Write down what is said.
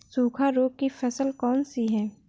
सूखा रोग की फसल कौन सी है?